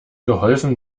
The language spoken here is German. geholfen